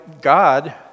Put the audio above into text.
God